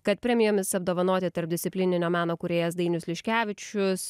kad premijomis apdovanoti tarpdisciplininio meno kūrėjas dainius liškevičius